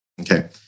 okay